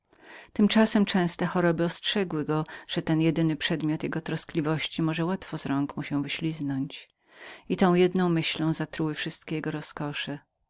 tymczasem częste choroby ostrzegły go że ten jedyny przedmiot jego troskliwości może łatwo z rąk mu się wyśliznąć i tą jedną myślą zatruły wszystkie jego rozkosze